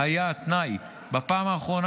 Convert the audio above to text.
בהצעת החוק שהובאה על ידי הממשלה בקריאה הראשונה,